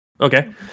Okay